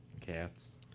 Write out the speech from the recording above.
Cats